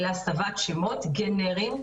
אלא הסבת שמות גנריים,